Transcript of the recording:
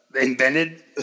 invented